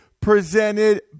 presented